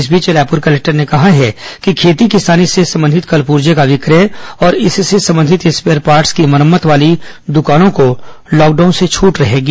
इस बीच रायपुर कलेक्टर ने कहा है कि खेती किसानी से संबंधित कलपुर्जे का विक्रय और इससे संबंधित स्पेयर पार्ट स की मरम्मत वाली द्वकानों को लॉकडाउन से छूट रहेगी